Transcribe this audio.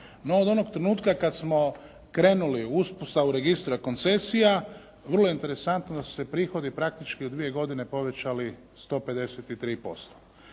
no od onog trenutka kad smo krenuli i uspostavu registra koncesija, vrlo je interesantno da su se prihodi praktički u dvije godine povećali 153%